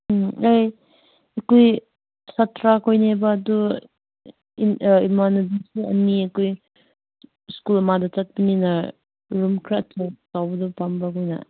ꯎꯝ ꯑꯩ ꯑꯩꯈꯣꯏ ꯁꯥꯠꯇ꯭ꯔꯥ ꯈꯣꯏꯅꯦꯕ ꯑꯗꯨ ꯏꯃꯥꯟꯅꯕꯤꯁꯨ ꯑꯅꯤ ꯑꯩꯈꯣꯏ ꯁ꯭ꯀꯨꯜ ꯑꯃꯗ ꯆꯠꯄꯅꯤꯅ ꯔꯨꯝ ꯈꯔ ꯆꯥꯎꯕꯗꯣ ꯄꯥꯝꯕ ꯑꯩꯈꯣꯏꯅ